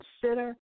consider